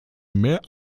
mehr